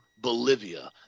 Bolivia